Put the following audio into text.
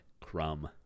Crumb